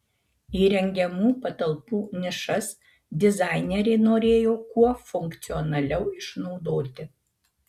įrengiamų patalpų nišas dizainerė norėjo kuo funkcionaliau išnaudoti